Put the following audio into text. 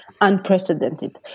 unprecedented